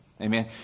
Amen